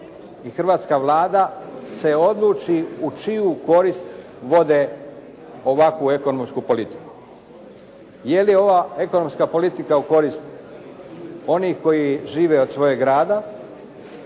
hrvatska Vlada se odluči u čiju korist vode ovakvu ekonomsku politiku. Je li ova ekonomska politika u korist onih koji žive od svojeg rada